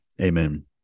Amen